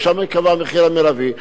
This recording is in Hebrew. ושם ייקבע המחיר המרבי,